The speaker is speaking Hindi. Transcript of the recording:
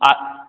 आ